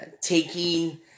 taking